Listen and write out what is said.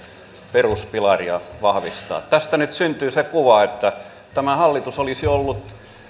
peruspilaria vahvistaa tästä nyt syntyy se kuva että tämä hallitus olisi ollut